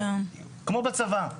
כמו בצבא,